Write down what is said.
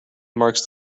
marks